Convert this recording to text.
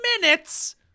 minutes